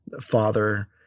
father